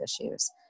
issues